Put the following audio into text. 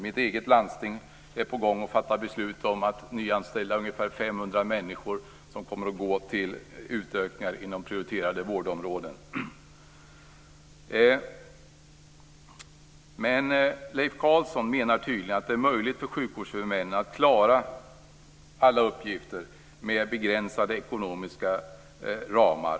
Mitt eget landsting är på gång att fatta beslut om att nyanställa ungefär 500 människor som kommer att gå till utökningar inom prioriterade vårdområden. Leif Carlson menar tydligen att det är möjligt för sjukvårdshuvudmännen att klara alla uppgifter med begränsade ekonomiska ramar.